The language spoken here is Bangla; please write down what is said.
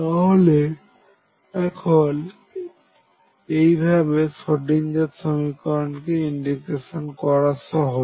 তাহলে এখন এইভাবে সোডিঞ্জার সমীকরণকে ইন্টিগ্রেশন করা সহজ